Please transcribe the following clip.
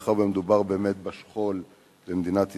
מאחר שמדובר באמת בשכול במדינת ישראל,